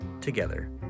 together